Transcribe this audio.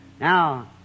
Now